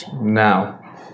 Now